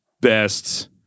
best